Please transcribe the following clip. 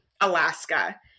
Alaska